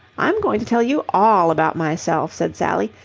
i'm going to tell you all about myself, said sally,